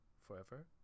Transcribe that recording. forever